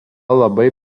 labai